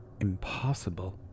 impossible